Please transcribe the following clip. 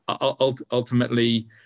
ultimately